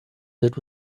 that